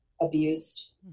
Abused